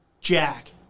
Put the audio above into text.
jack